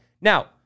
Now